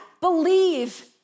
believe